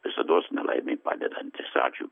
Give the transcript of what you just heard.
visados nelaimėj padedantis ačiū